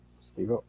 Steve